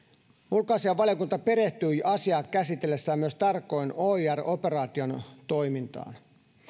ulkoasiainvaliokunta perehtyi asiaa käsitellessään myös tarkoin oir operaation toimintaan